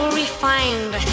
refined